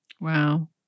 Wow